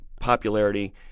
Popularity